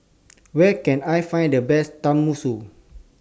Where Can I Find The Best Tenmusu